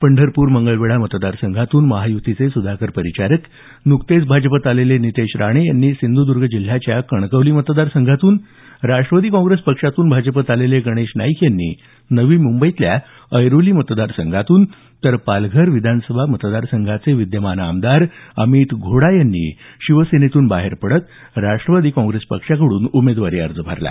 पंढरपूर मंगळवेढा मतदार संघातून महायुतीचे सुधाकर परिचारक नुकतेच भाजपात आलेले नितेश राणे यांनी सिंधुदर्ग जिल्ह्याच्या कणकवली मतदार संघातून राष्ट्रवादी काँग्रेस पक्षातून भाजपात आलेले गणेश नाईक यांनी नवी मुंबईतल्या ऐरोली मतदारसंघातून तर पालघर विधानसभा मतदारसंघाचे विद्यमान आमदार अमित घोडा यांनी शिवसेनेतून बाहेर पडत राष्ट्रवादी काँग्रेस पक्षाकडून उमेदवारी अर्ज भरला